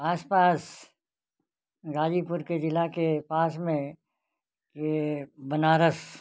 आस पास गाज़ीपुर के ज़िले के पास में यह बनारस